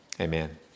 Amen